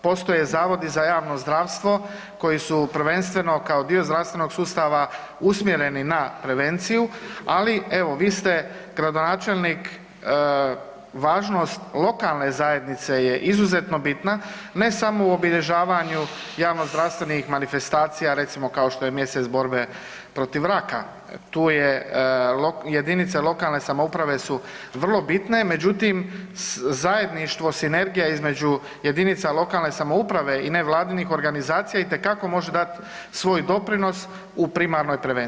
Postoje zavodi za javno zdravstvo koji su prvenstveno kao dio zdravstvenog sustava usmjereni na prevenciju, ali vi ste gradonačelnik, važnost lokalne zajednice je izuzetno bitna, ne samo u obilježavanju javnozdravstvenih manifestacija recimo kao što je mjesec borbe protiv raka, tu je, jedinice lokalne samouprave su vrlo bitne, međutim zajedništvo sinergija između jedinica lokalne samouprave i nevladinih organizacija itekako može dati svoj doprinos u primarnoj prevenciji.